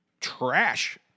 Trash